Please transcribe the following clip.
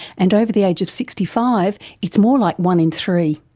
and over the age of sixty five, it's more like one in three.